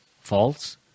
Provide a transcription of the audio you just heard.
false